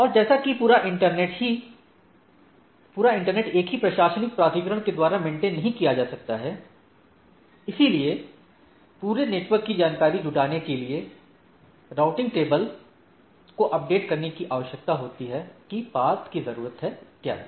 और जैसा कि पूरा इंटरनेट एक ही प्रशासनिक प्राधिकरण के द्वारा मेन्टेन नहीं किया जा सकता है इसलिए पूरे नेटवर्क कि जानकारी जुटाने के लिए राउटिंग टेबल को अपडेट करने की आवश्यकता होती है कि कहाँ पाथ कि ज़रुरत है इत्यादि